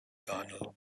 donald